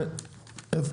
הצבעה אושר.